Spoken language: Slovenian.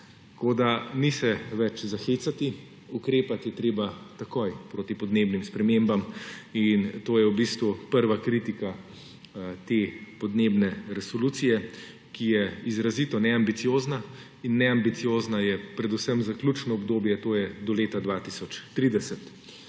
Tako se ni več za hecati, ukrepati je treba takoj proti podnebnim spremembam in to je v bistvu prva kritika te podnebne resolucije, ki je izrazito neambiciozna in neambiciozna je predvsem za ključno obdobje to je do leta 2030.